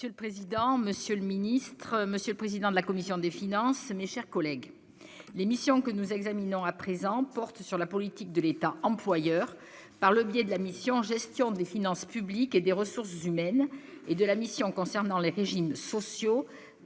Monsieur le président, monsieur le ministre, monsieur le président de la commission des finances, mes chers collègues, l'émission que nous examinons à présent porte sur la politique de l'État employeur, par le biais de la mission en gestion des finances publiques et des ressources humaines et de la mission concernant les régimes sociaux et de retraite, ainsi que sur la